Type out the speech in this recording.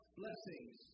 blessings